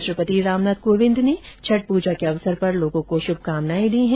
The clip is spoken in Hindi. राष्ट्रपति रामनाथ कोविंद ने छठ पूजा के अवसर पर लोगों को शुभकामनाएं दी है